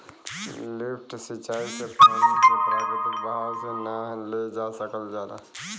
lift सिंचाई से पानी के प्राकृतिक बहाव से ना ले जा सकल जाला